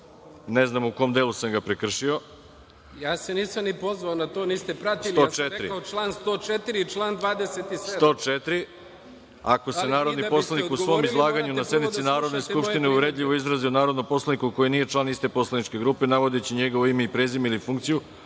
ne znam u kom delu sam ga prekršio? **Nemanja Šarović** Ja se nisam ni pozvao na to. Niste pratili. Ja sam rekao član 104. i član 27. **Veroljub Arsić** Član 104: „Ako se narodni poslanik u svom izlaganju na sednici Narodne skupštine uvredljivo izrazi o narodnom poslaniku koji nije član iste poslaničke grupe, navodeći njegovo ime i prezime ili funkciju,